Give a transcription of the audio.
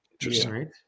interesting